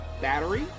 battery